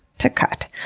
to cut.